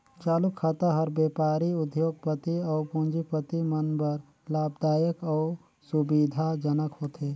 चालू खाता हर बेपारी, उद्योग, पति अउ पूंजीपति मन बर लाभदायक अउ सुबिधा जनक होथे